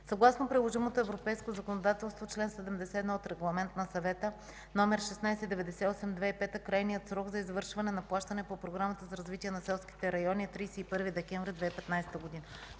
Съгласно приложимото европейско законодателство, чл. 71 от Регламент на Съвета № 1698/2005 крайният срок за извършване на плащане по Програмата за развитие на селските райони е 31 декември 2015 г.